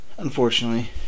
unfortunately